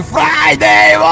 Friday